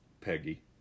Peggy